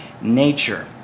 nature